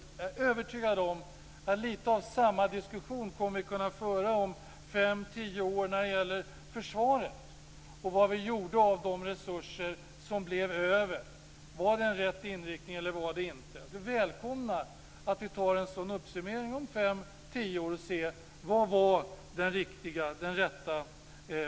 Jag är övertygad om att vi kommer att kunna föra något av samma diskussion om 5-10 år när det gäller försvaret och vad vi gjorde av de resurser som blev över. Var det rätt inriktning, eller var det inte? Jag välkomnar alltså att vi gör en sådan summering om 5-10 år och ser vilken väg som var den riktiga och rätta.